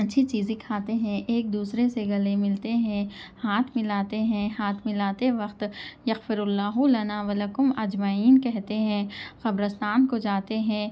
اچھی چیزیں کھاتے ہیں ایک دوسرے سے گلے ملتے ہیں ہاتھ ملاتے ہیں ہاتھ ملاتے وقت یغفرُ اللّہ لنا وَلکُم اَجمعین کہتے ہیں قبرستان کو جاتے ہیں